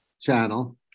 channel